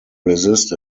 resist